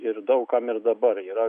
ir daug kam ir dabar yra